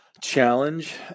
challenge